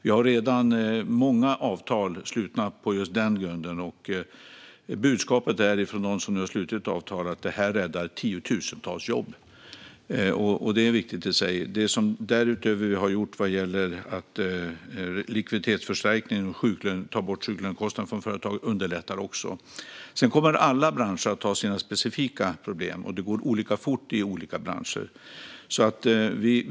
Vi har redan många avtal slutna på den grunden, och budskapet från dem som nu har slutit avtal är att detta räddar tiotusentals jobb. Det är viktigt i sig. Det vi därutöver har gjort vad gäller likviditetförstärkning och att ta bort sjuklönekostnaden från företag underlättar också. Alla branscher kommer att ha sina specifika problem, och det går olika fort i olika branscher.